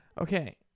Okay